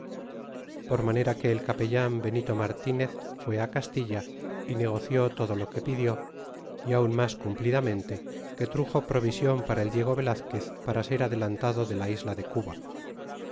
por manera que el capellan benito illartinez fue castilla y negoció todo lo que pidió y aun mas cumplidamente que truxo provision para el diego velazquez para ser adelantado de la isla de cuba